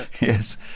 Yes